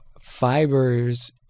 Fibers